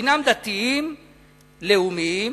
הינם דתיים-לאומיים,